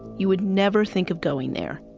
you would never think of going there.